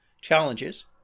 challenges